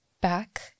back